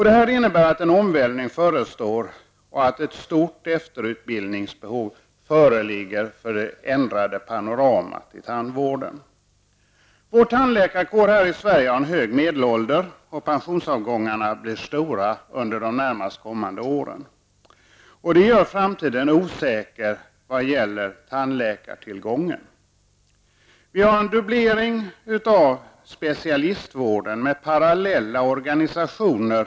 Det här innebär att en omvälvning förestår och att ett stort efterutbildningsbehov föreligger inför det ändrade panoramat inom tandvården. Vår tandläkarkår har en hög medelålder, och pensionsavgångarna blir under de närmaste åren stora. Detta gör att framtiden blir osäker i varje fall i vad gäller tandläkartillgången. Vi har fått en dubblering av specialistvården med parallella organisationer.